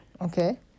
okay